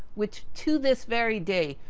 which to this very day,